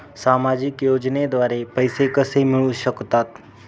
सामाजिक योजनेद्वारे पैसे कसे मिळू शकतात?